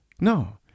No